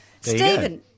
Stephen